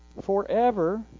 forever